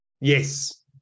Yes